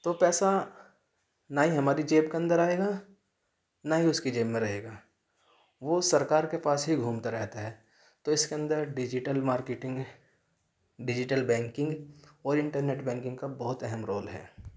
تو پیسہ نا ہی ہمارے جیب کے اندر آئے گا نا ہی اُس کے جیب میں رہے گا وہ سرکار کے پاس ہی گھومتا رہتا ہے تو اِس کے اندر ڈیجیٹل مارکیٹنگ ڈیجیٹل بینکنگ اور انٹر نیٹ بیکنگ کا بہت اہم رول ہے